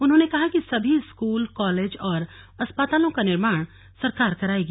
उन्होंने कहा कि सभी स्कूल कॉलेज और अस्पतालों का निर्माण सरकार कराएगी